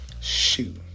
Shoot